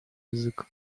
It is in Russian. язык